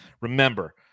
Remember